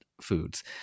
Foods